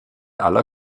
aller